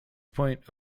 point